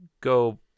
go